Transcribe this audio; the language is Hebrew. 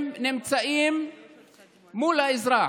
הם נמצאים מול האזרח,